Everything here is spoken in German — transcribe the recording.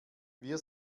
wir